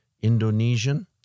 Indonesian